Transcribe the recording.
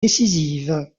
décisives